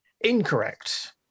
Incorrect